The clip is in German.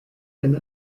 eine